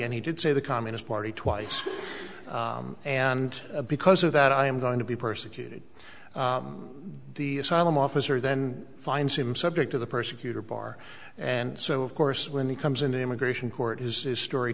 and he did say the communist party twice and because of that i am going to be persecuted the asylum officer then finds him subject to the persecutor bar and so of course when he comes in immigration court is this story